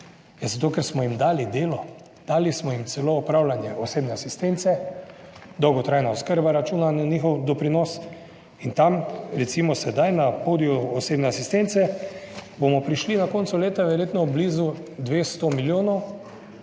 Zato ker smo jim dali delo. Dali smo jim celo opravljanje osebne asistence, dolgotrajna oskrba računa na njihov doprinos in tam recimo sedaj na podiju osebne asistence bomo prišli na koncu leta verjetno blizu 200 milijonov